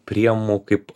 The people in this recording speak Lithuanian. priemu kaip